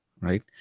right